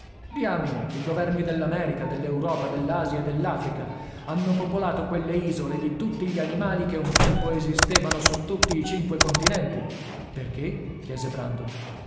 diamine i governi dell'america dell'europa dell'asia e dell'africa hanno popolato quelle isole di tutti gli animali che un tempo esistevano su tutti i cinque continenti perché chiese brandok per